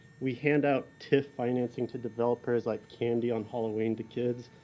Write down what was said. we hand out tif financing to developers like candy on halloween to kids.